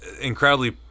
incredibly